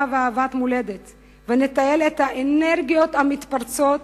ואהבת מולדת ונתעל את האנרגיות המתפרצות